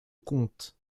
comte